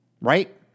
right